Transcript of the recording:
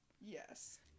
Yes